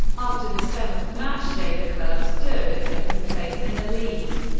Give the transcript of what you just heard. after the seventh matchday, the club stood at second place in the league.